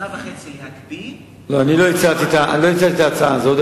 שנה וחצי להקפיא, לא, אני לא הצעתי את ההצעה הזאת.